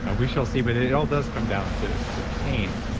ah we shall see. but it all does come down to to pain.